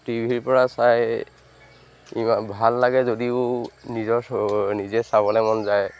টিভিৰপৰা চাই ইমান ভাল লাগে যদিও নিজৰ নিজে চাবলৈ মন যায়